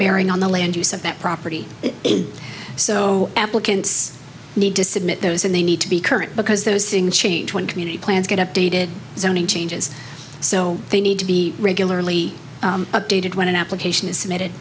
bearing on the land use of that property so applicants need to submit those and they need to be current because those things change when community plans get updated zoning changes so they need to be regularly updated when an application is submit